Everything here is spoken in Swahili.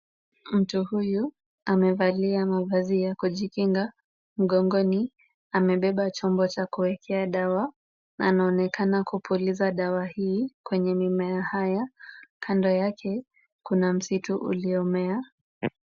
Mtu huyu amevalia mavazi ya kujikinga. Mgongoni amebeba chombo cha kuekea dawa. Anaonekana kupuliza dawa hii kwenye mimea haya. Kando yake kuna msitu uliomea.